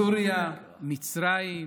סוריה, מצרים,